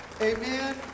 Amen